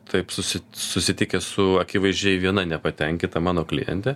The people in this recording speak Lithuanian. taip susit susitikęs su akivaizdžiai viena nepatenkita mano kliente